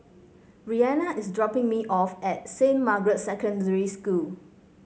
Reanna is dropping me off at Saint Margaret's Secondary School